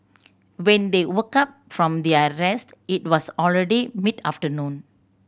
when they woke up from their rest it was already mid afternoon